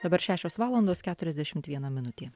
dabar šešios valandos keturiasdešimt viena minutė